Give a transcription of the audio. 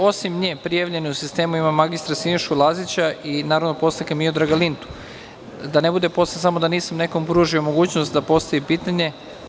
Osim nje, prijavljen je u sistemu i mr Siniša Lazić i narodni poslanik Miodrag Linta, da ne bude posle da nisam nekome pružio mogućnost da postavi pitanje.